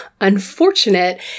unfortunate